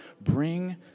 bring